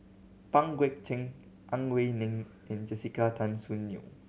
Pang Guek Cheng Ang Wei Neng and Jessica Tan Soon Neo